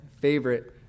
favorite